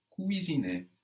cuisiner